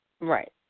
Right